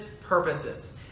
purposes